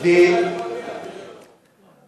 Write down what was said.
תעשה את ההצבעה מייד, תראה.